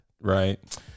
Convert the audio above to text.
right